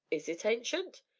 is it, ancient?